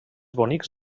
bonics